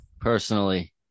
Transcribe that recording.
Personally